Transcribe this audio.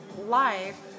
life